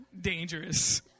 dangerous